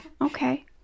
Okay